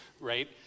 right